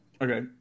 Okay